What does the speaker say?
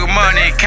money